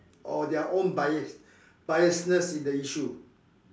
or their own bias biasness in the issue